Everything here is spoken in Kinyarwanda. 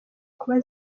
kuba